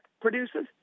produces